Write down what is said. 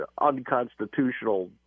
unconstitutional